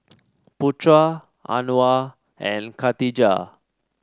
Putra Anuar and Khatijah